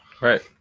right